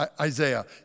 Isaiah